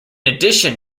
addition